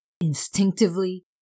Instinctively